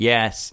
Yes